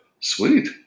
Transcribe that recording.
Sweet